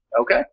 Okay